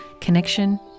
Connection